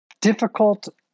difficult